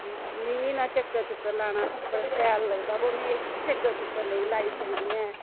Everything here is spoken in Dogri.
मिगी ना चक्कर चुक्कर लाना बड़ा शैल लगदा अवो में चक्कर चुक्कर ते नेईं लाई सकदी ऐ